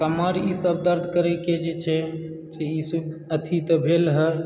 कमर ईसभ दर्द करयके जे छै से अथी तऽ भेल हँ